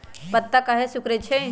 पत्ता काहे सिकुड़े छई?